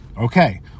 Okay